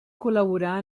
col·laborar